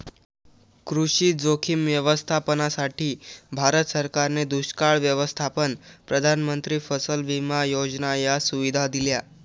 कृषी जोखीम व्यवस्थापनासाठी, भारत सरकारने दुष्काळ व्यवस्थापन, प्रधानमंत्री फसल विमा योजना या सुविधा दिल्या